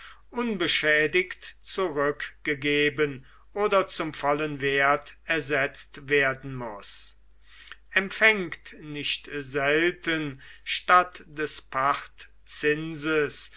unbeschädigt zurückgegeben oder zum vollen wert ersetzt werden muß empfängt nicht selten statt des